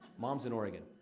mom's in oregon.